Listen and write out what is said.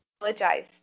apologize